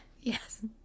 Yes